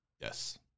Yes